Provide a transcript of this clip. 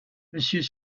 monsieur